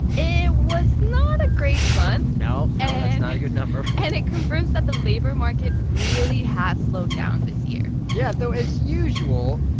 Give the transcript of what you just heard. it was not a great month no. no. that's not a good number and it confirms that the labor market really has slowed down this year yeah. though as usual,